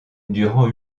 durant